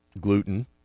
gluten